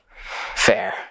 Fair